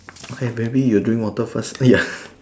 okay maybe you drink water first ya